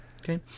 Okay